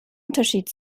unterschied